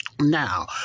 Now